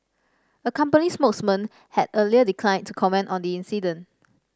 a company spokesman had earlier declined to comment on the incident